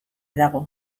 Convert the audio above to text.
dago